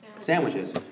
sandwiches